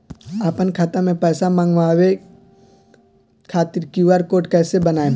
आपन खाता मे पैसा मँगबावे खातिर क्यू.आर कोड कैसे बनाएम?